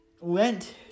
Went